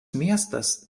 miestas